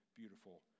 beautiful